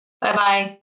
bye-bye